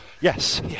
yes